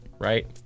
Right